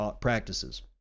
practices